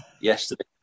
yesterday